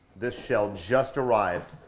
this shell just arrived,